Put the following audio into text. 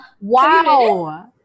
Wow